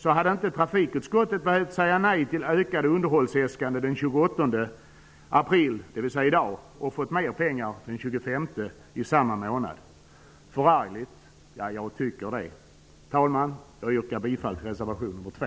Då hade inte trafikutskottet behövt föreslå riksdagen ett nej till ökade underhållsäskanden den 28 april, dvs. i dag, och fått mer pengar den 25 i samma månad! Förargligt? Ja, jag tycker det! Herr talman! Jag yrkar bifall till reservation 2.